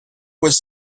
was